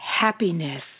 happiness